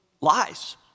lies